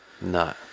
No